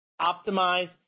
optimize